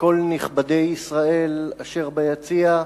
כל נכבדי ישראל אשר ביציע,